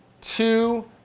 two